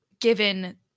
given